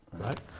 right